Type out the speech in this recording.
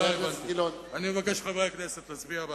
אני מבקש מחברי הכנסת להצביע בעד הצעת החוק.